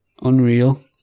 unreal